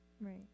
Right